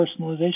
personalization